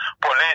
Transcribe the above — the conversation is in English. police